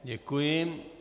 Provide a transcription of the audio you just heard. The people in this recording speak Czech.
Děkuji.